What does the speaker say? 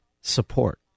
support